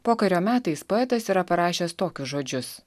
pokario metais poetas yra parašęs tokius žodžius